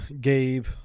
gabe